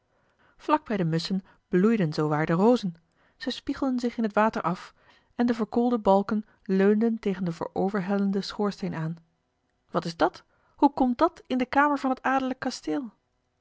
bij de musschen bloeiden zoowaar de rozen zij spiegelden zich in het water af en de verkoolde balken leunden tegen den vooroverhellenden schoorsteen aan wat is dat hoe komt dat in de kamer van het adellijk kasteel